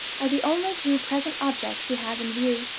are the only two present objects he has in view.